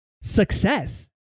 success